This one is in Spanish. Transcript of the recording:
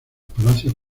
palacios